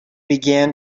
began